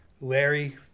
Larry